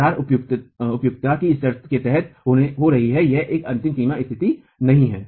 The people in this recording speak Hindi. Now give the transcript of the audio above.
दरार उपयुक्तता की शर्तों के तहत हो रही है यह एक अंतिम सीमा स्तिथि नहीं है